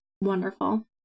wonderful